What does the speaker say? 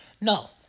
No